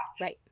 Right